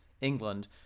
England